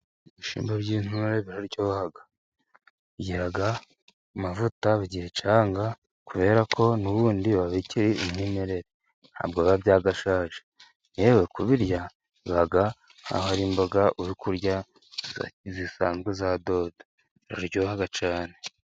Ibishyimbo by'intonore biraryoha bigira amavuta bigira icyanga, kubera ko n'ubundi biba bikiri umwimerere ntabwo biba byagashaje, yewe kubirya biba nk'aho ari imboga uri kurya zisanzwe za dodo biraryoha cyane.